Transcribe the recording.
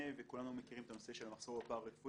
וכולנו מכירים את הנושא של המחסור בפרה-רפואי.